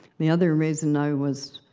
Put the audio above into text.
the other reason i was